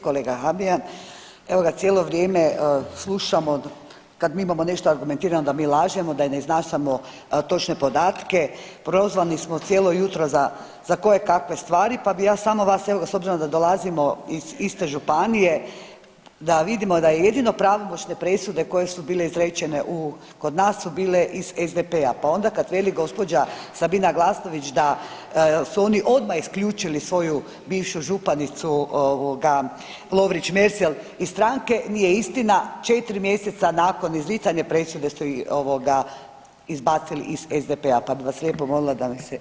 Kolega Habijan, evo ga cijelo vrijeme slušamo kad mi imamo nešto argumentirano da mi lažemo, da ne iznašamo točne podatke, prozvani smo cijelo jutro za, za kojekakve stvari, pa bi ja samo vas evo s obzirom da dolazimo iz iste županije da vidimo da jedino pravomoćne presude koje su bile izrečene kod nas su bile iz SDP-a, pa onda kad veli gđa. Sabina Glasnović da su oni odmah isključili svoju bivšu županicu ovoga Lovrić Merzel iz stranke, nije istina 4. mjeseca nakon izricanja presude ste ju ovoga izbacili iz SDP-a, pa bi vas lijepo molila da se očitajte malo.